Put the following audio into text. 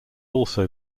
also